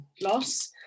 loss